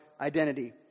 identity